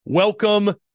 Welcome